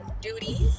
duties